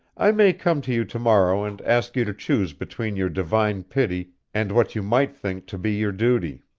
i may come to you to-morrow and ask you to choose between your divine pity and what you might think to be your duty.